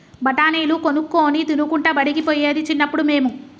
బఠాణీలు కొనుక్కొని తినుకుంటా బడికి పోయేది చిన్నప్పుడు మేము